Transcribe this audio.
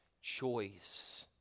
choice